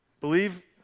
believe